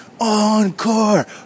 Encore